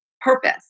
purpose